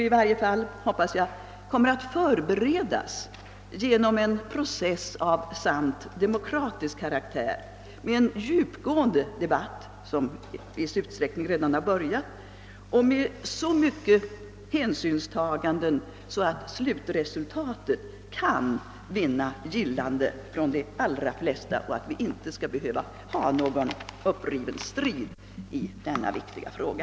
I varje fall hoppas jag att en ändrad organisation kommer att förberedas genom en process av sant demokratisk karaktär med en djupgående debatt, vilken i viss utsträckning redan har börjat, och med så mycket hänsynstagande åt oliktänkande att slutresultatet kan vinna gillande hos de allra flesta, så att vi inte skall behöva ha någon upprivande strid i denna viktiga fråga.